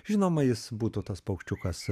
žinoma jis būtų tas paukščiukas